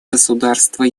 государства